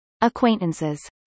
Acquaintances